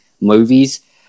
movies